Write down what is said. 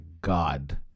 god